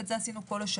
ואת זה עשינו כל השנה.